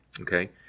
okay